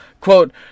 Quote